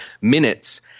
minutes